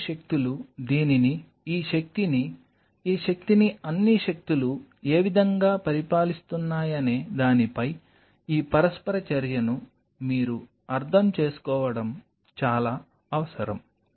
అన్ని శక్తులు దీనిని ఈ శక్తిని ఈ శక్తిని అన్ని శక్తులు ఏ విధంగా పరిపాలిస్తున్నాయనే దానిపై ఈ పరస్పర చర్యను మీరు అర్థం చేసుకోవడం చాలా అవసరం